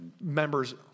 members